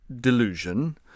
delusion